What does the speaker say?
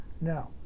No